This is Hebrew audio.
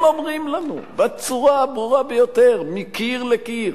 הם אומרים לנו בצורה הברורה ביותר, מקיר לקיר,